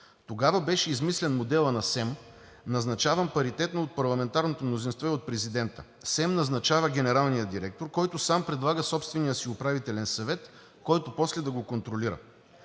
Тогава беше измислен моделът на СЕМ, назначаван паритетно от парламентарното мнозинство и от президента. СЕМ назначава генералния директор, който сам предлага собствения си управителен съвет, който после да го контролира.